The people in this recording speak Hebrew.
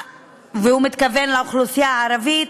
והוא מתכוון לאוכלוסייה הערבית,